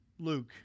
Luke